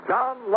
John